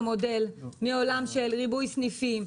מעולם של ריבוי סניפים,